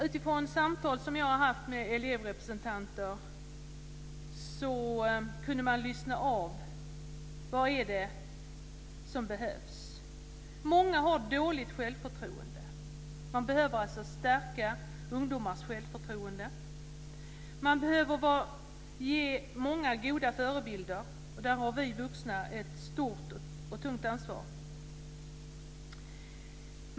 Utifrån samtal som jag har haft med elevrepresentanter kan man lyssna av vad som behövs. Många har dåligt självförtroende. Ungdomars självförtroende behöver alltså stärkas. Det behövs också många goda förebilder. Där har vi vuxna ett stort och tungt ansvar.